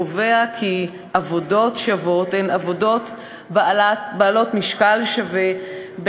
קובע כי עבודות שוות הן עבודות בעלות משקל שווה,